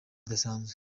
zidasanzwe